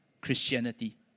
Christianity